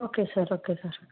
okay sir okay sir